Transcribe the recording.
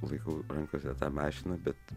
laikau rankose tą mašiną bet